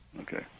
Okay